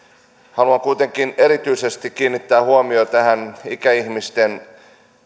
haluan kuitenkin erityisesti kiinnittää huomiota ikäihmisten